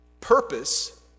purpose